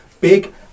Big